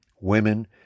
women